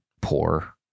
poor